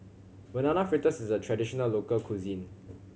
Banana Fritters is a traditional local cuisine